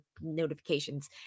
notifications